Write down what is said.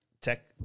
tech